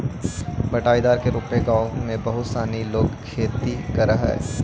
बँटाईदार के रूप में गाँव में बहुत सनी लोग खेती करऽ हइ